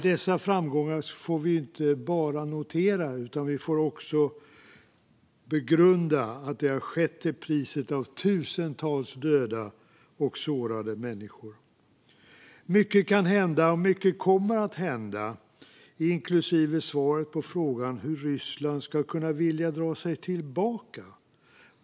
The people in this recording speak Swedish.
Dessa framgångar får vi dock inte bara notera, utan vi får också begrunda att det har skett till priset av tusentals döda och sårade människor. Mycket kan hända. Mycket kommer att hända. Vi har också frågan om hur Ryssland ska kunna vilja dra sig tillbaka.